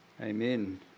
Amen